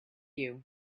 you